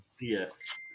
Yes